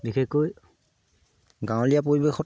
বিশেষকৈ গাঁৱলীয়া পৰিৱেশত